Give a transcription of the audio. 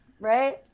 Right